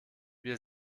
wir